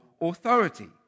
authority